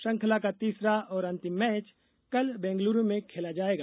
श्रृंखला का तीसरा और अंतिम मैच कल बेंगलुरू में खेला जाएगा